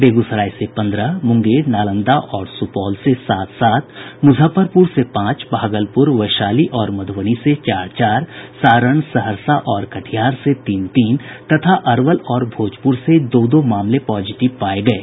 बेगूसराय से पन्द्रह मुंगेर नालंदा और सुपौल से सात सात मुजफ्फरपुर से पांच भागलपुर वैशाली और मधुबनी से चार चार सारण सहरसा और कटिहार से तीन तीन तथा अरवल और भोजपुर से दो दो मामले पॉजिटिव पाये गये